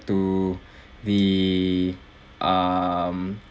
to be um